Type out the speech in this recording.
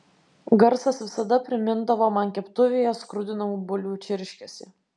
garsas visada primindavo man keptuvėje skrudinamų bulvių čirškesį